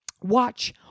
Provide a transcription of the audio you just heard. Watch